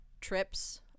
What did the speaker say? trips